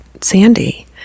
Sandy